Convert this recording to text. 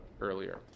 earlier